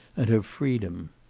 and of freedom.